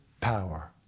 power